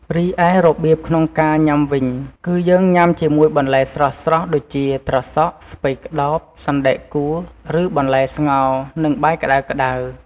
រីឯរបៀបក្នុងការញ៉ាំវិញ គឺយើងញ៉ាំជាមួយបន្លែស្រស់ៗ ដូចជា ត្រសក់ ស្ពៃក្ដោប សណ្ដែកកួរ ឬបន្លែស្ងោរ និងបាយក្តៅៗ។